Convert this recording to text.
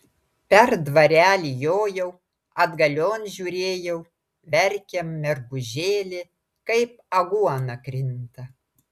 per dvarelį jojau atgalion žiūrėjau verkia mergužėlė kaip aguona krinta